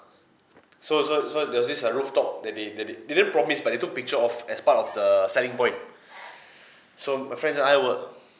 so so so there was this uh rooftop that they that they they didn't promise but they took picture of as part of the selling point so my friends and I were